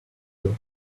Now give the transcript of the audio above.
you